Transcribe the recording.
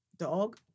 Dog